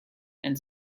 and